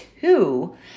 two